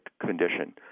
condition